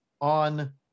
on